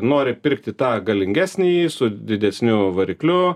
nori pirkti tą galingesnį su didesniu varikliu